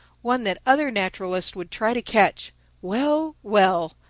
one that other naturalists would try to catch well, well!